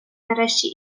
нарешті